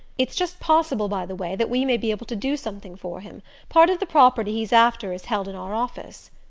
it's just possible, by the way, that we may be able to do something for him part of the property he's after is held in our office.